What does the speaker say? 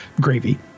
gravy